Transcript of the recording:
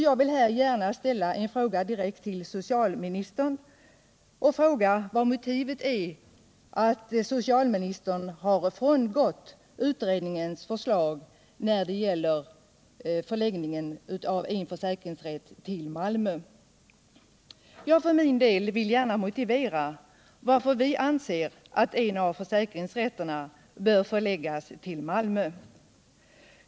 Jag vill här gärna ställa en fråga direkt till socialministern: Vad är motivet till att socialministern har frångått utredningens förslag när det gäller förläggningen av en försäkringsrätt till Malmö? Jag för min del vill gärna motivera varför vi anser att en av försäkringsrätterna bör förläggas till Malmö.